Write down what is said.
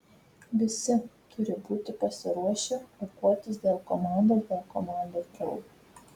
visi turi būti pasiruošę aukotis dėl komandos dėl komandos draugo